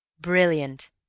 Brilliant